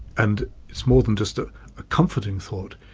and it's more than just a ah comforting thought,